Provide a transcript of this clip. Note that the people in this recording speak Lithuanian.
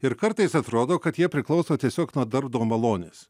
ir kartais atrodo kad jie priklauso tiesiog nuo darbdavio malonės